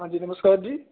ਹਾਂਜੀ ਨਮਸਕਾਰ ਜੀ